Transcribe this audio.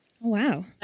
wow